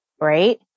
right